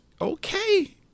okay